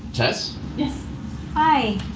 yes hi!